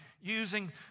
using